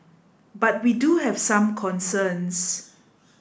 but we do have some concerns